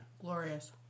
glorious